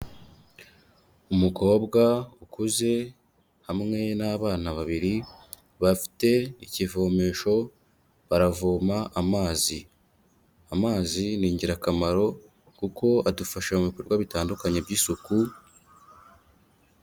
Umukobwa ukuze hamwe n'abana babiri bafite ikivomesho baravoma amazi. amazi ni ingirakamaro kuko adufasha mu bikorwa bitandukanye by'isuku.